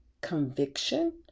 conviction